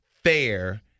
Fair